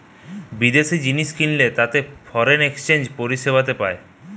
বিদেশি জিনিস কিনলে তাতে ফরেন এক্সচেঞ্জ পরিষেবাতে পায়